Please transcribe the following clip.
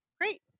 great